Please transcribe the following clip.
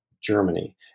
Germany